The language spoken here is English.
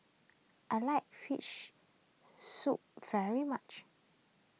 I like fish soup very much